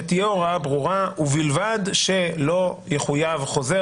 שתהיה הוראה ברורה: ובלבד שלא יחויב חוזר